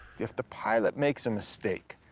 if the pilot makes a mistake.